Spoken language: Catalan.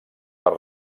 per